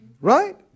right